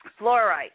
Fluorite